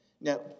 Now